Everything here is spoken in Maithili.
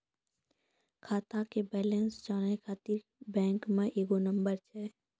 खाता के बैलेंस जानै ख़ातिर बैंक मे एगो नंबर छै?